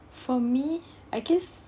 for me I guess